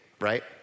right